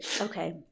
Okay